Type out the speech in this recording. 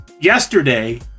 yesterday